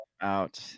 out